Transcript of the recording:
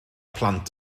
plant